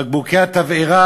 בקבוקי התבערה,